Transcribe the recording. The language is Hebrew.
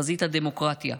חזית הדמוקרטיה.